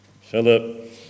Philip